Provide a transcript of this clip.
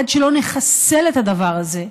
עד שלא נחסל את הדבר הזה: